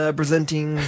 presenting